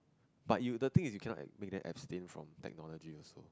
but you the thing is you cannot make them abstain from technology also